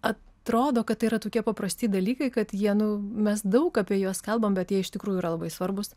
atrodo kad tai yra tokie paprasti dalykai kad jie nu mes daug apie juos kalbam bet jie iš tikrųjų yra labai svarbūs